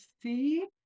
see